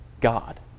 God